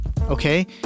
okay